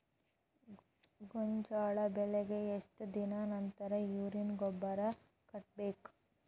ಗೋಂಜಾಳ ಬೆಳೆಗೆ ಎಷ್ಟ್ ದಿನದ ನಂತರ ಯೂರಿಯಾ ಗೊಬ್ಬರ ಕಟ್ಟಬೇಕ?